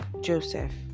Joseph